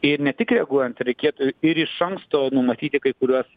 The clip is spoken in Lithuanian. ir ne tik reaguojant reikėtų ir iš anksto numatyti kai kuriuos